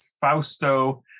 Fausto